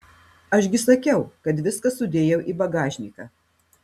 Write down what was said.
aš gi sakiau kad viską sudėjau į bagažniką